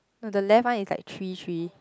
no the left one is like three three